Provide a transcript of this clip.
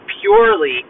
purely